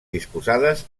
disposades